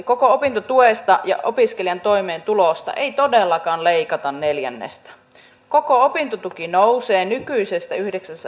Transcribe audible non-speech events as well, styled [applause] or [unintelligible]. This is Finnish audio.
[unintelligible] koko opintotuesta ja opiskelijoiden toimeentulosta ei todellakaan leikata neljännestä koko opintotuki nousee nykyisestä